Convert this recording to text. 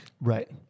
Right